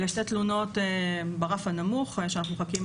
אלה שתי תלונות ברף הנמוך שאנחנו מחכים ל